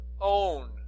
own